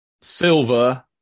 Silver